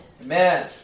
Amen